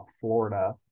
Florida